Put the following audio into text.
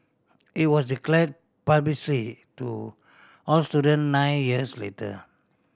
it was declare publicly to all student nine years later